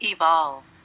Evolve